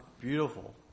beautiful